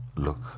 Look